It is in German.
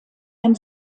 ein